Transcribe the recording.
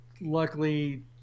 luckily